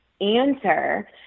answer